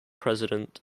president